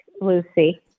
Lucy